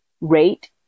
rate